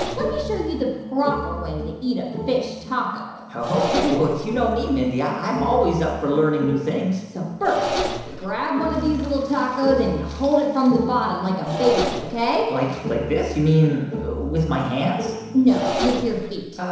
let me show you the proper way to eat a fish taco ok. well, ah you know me, mindy. i'm always up for learning new things so first, you grab one of these little tacos. and you hold it from the bottom like a baby, ok? like like this? you mean with my hands? no, with your feet. ah